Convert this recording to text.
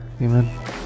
Amen